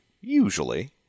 usually